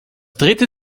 dritte